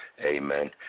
Amen